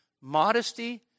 modesty